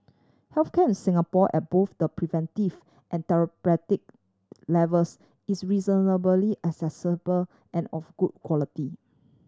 health care in Singapore at both the preventive and levels is reasonably accessible and of good quality